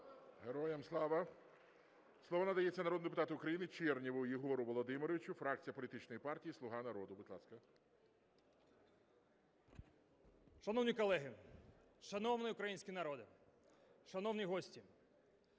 Героям слава! Слово надається народному депутату України Чернєву Єгору Володимировичу, фракція політичної партії "Слуга народу". Будь ласка. 10:24:23 ЧЕРНЄВ Є.В. Шановні колеги, шановний український народе, шановні гості!